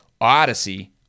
Odyssey